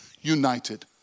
united